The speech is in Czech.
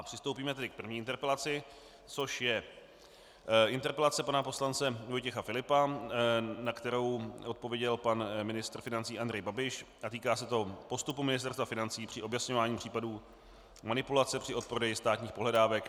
Přistoupíme tedy k první interpelaci, což je interpelace pana poslance Vojtěcha Filipa, na kterou odpověděl pan ministr financí Andrej Babiš, a týká se to postupu Ministerstva financí při objasňování případů manipulace při odprodeji státních pohledávek.